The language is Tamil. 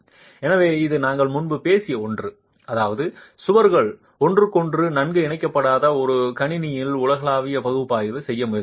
எனவேஇது நாங்கள் முன்பு பேசிய ஒன்று அதாவது சுவர்கள் ஒருவருக்கொருவர் நன்கு இணைக்கப்படாத ஒரு கணினியில் உலகளாவிய பகுப்பாய்வு செய்ய முயற்சித்தால்